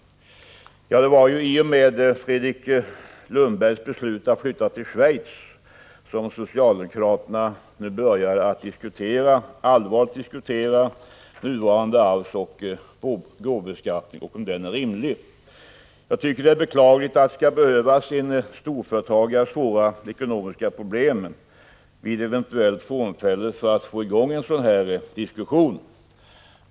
Det var i och med Fredrik Lundbergs beslut att flytta till Schweiz som socialdemokraterna började allvarligt diskutera om nuvarande arvsoch gåvobeskattning är rimlig. Jag tycker det är beklagligt att det skall behövas en storföretagares svåra ekonomiska problem vid eventuellt frånfälle för att få i gång en sådan diskussion.